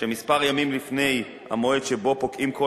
שכמה ימים לפני המועד שבו פוקעים כל